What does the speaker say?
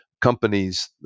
companies